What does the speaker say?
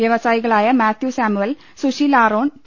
വൃവസായികളായ Mathew Samuel Sushil Aaron T